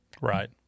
right